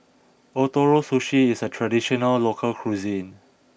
Ootoro Sushi is a traditional local cuisine